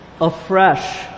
afresh